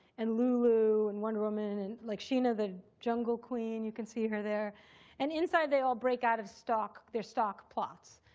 and lulu, and wonder woman, and like sheena, the jungle queen you can see her there and inside they all break out of their stock plots.